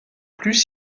plus